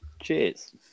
Cheers